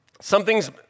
something's